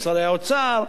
שרי האוצר,